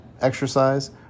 exercise